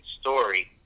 story